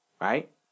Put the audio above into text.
right